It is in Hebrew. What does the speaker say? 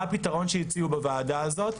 מה הפיתרון שהציעו בוועדה הזאת?